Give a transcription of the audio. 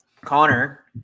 Connor